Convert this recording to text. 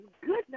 goodness